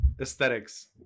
aesthetics